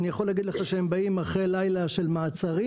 אני יכול להגיד לך שהם באים אחרי לילה של מעצרים.